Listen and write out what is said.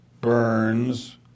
Burns